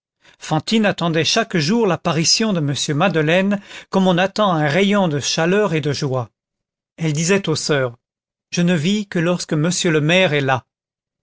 fantine attendait chaque jour l'apparition de m madeleine comme on attend un rayon de chaleur et de joie elle disait aux soeurs je ne vis que lorsque monsieur le maire est là